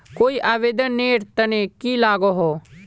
कोई आवेदन नेर तने की लागोहो?